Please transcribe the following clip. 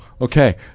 okay